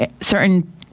certain